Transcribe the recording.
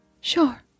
Sure